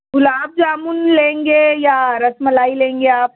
گلاب جامن لیں گے یا رس ملائی لیں گے آپ